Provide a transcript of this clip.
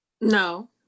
no